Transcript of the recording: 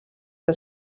que